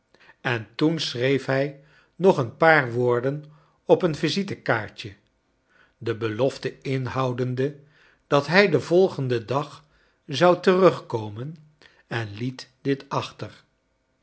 en toen schreef hij nog een paar woorden op een visitekaartje de belofte inhoudende dat hij den volgenden dag zou terugkoinen en liet dit achter